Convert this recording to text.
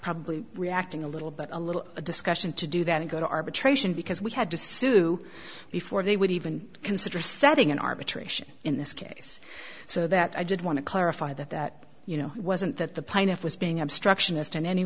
probably reacting a little bit a little discussion to do that and go to arbitration because we had to sue before they would even consider setting an arbitration in this case so that i did want to clarify that that you know wasn't that the plaintiff was being obstructionist in any